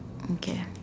okay